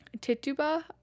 Tituba